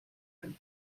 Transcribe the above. him